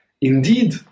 indeed